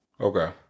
Okay